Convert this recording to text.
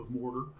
mortar